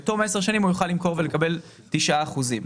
בתום 10 שנים הוא יוכל למכור ולקבל 9 אחוזים.